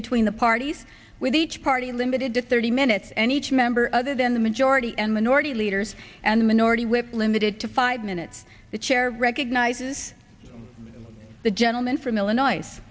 between the parties with each party limited to thirty minutes any team member other than the majority and minority leaders and minority whip limited to five minutes the chair read ignited the gentleman from illinois